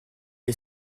est